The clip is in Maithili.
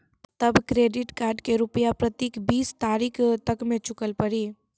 तब क्रेडिट कार्ड के रूपिया प्रतीक बीस तारीख तक मे चुकल पड़ी?